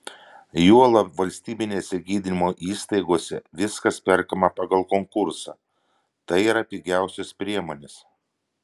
juolab valstybinėse gydymo įstaigose viskas perkama pagal konkursą tai yra pigiausios priemonės